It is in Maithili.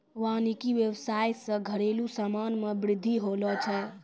वानिकी व्याबसाय से घरेलु समान मे बृद्धि होलो छै